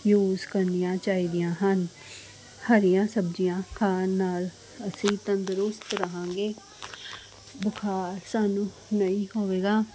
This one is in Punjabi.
ਯੂਜ਼ ਕਰਨੀਆਂ ਚਾਹੀਦੀਆਂ ਹਨ ਹਰੀਆਂ ਸਬਜ਼ੀਆਂ ਖਾਣ ਨਾਲ ਅਸੀਂ ਤੰਦਰੁਸਤ ਰਹਾਂਗੇ ਬੁਖਾਰ ਸਾਨੂੰ ਨਹੀਂ ਹੋਵੇਗਾ